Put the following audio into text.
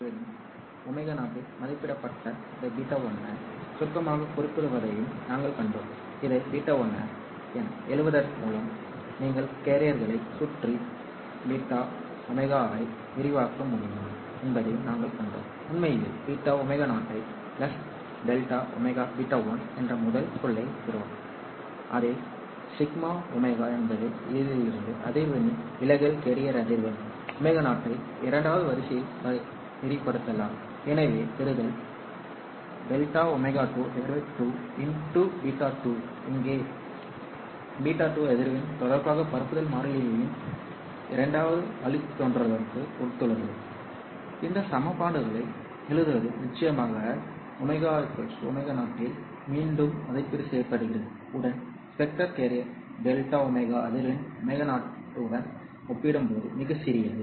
carrier அதிர்வெண் ω0 இல் மதிப்பிடப்பட்ட இந்த β1 a சுருக்கமாக குறிக்கப்படுவதையும் நாங்கள் கண்டோம் இதை β1 என எழுதுவதன் மூலம் நீங்கள் கேரியர்களைச் சுற்றி β ω ஐ விரிவாக்க முடியும் என்பதையும் நாங்கள் கண்டோம் உண்மையில் βω0 Δωβ1 என்ற முதல் சொல்லைப் பெறுவார் where δω என்பது இலிருந்து அதிர்வெண்ணின் விலகல் கேரியர் அதிர்வெண் ω0 இதை இரண்டாவது வரிசையில் விரிவுபடுத்தலாம் எனவே பெறுதல் Δω22β2 எங்கே β2 அதிர்வெண் தொடர்பாக பரப்புதல் மாறிலியின் இரண்டாவது வழித்தோன்றலுடன் ஒத்துள்ளது இந்த சமன்பாடுகளை எழுதுவதில் நிச்சயமாக at ω ω0 இல் மீண்டும் மதிப்பீடு செய்யப்படுகிறது உடன் ஸ்பெக்ட்ரல் கேரியர் Δω அதிர்வெண் ω0 உடன் ஒப்பிடும்போது மிகச் சிறியது